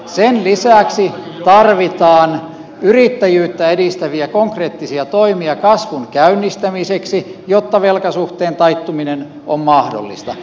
sen lisäksi tarvitaan yrittäjyyttä edistäviä konkreettisia toimia kasvun käynnistämiseksi jotta velkasuhteen taittuminen on mahdollista